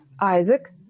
Isaac